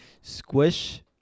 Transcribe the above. Squish